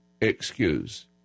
excuse